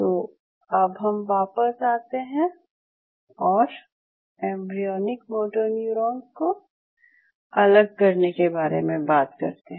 तो अब हम वापस आते हैं और एम्ब्रियोनिक मोटोन्यूरोन्स को अलग करने के बारे में बात करते हैं